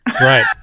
right